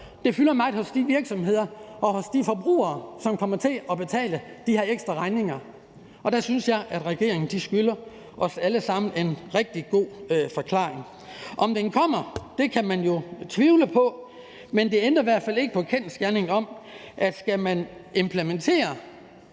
Det fylder meget hos de virksomheder og hos de forbrugere, som kommer til at betale de her ekstra regninger, og der synes jeg, regeringen skylder os alle sammen en rigtig god forklaring. Om den kommer, kan man jo tvivle på, men det ændrer i hvert fald ikke på den kendsgerning, at skal man implementere